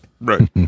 Right